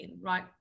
right